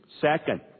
Second